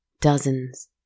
Dozens